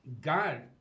God